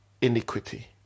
iniquity